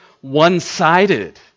one-sided